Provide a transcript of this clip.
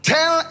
Tell